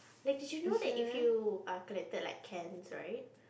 like did you know that if you err collected like cans right